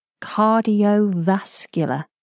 Cardiovascular